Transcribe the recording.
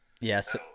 Yes